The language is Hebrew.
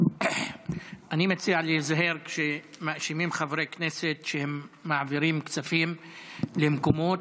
אני מציע להיזהר כשמאשימים חברי כנסת שהם מעבירים כספים למקומות.